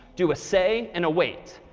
do a say and a wait.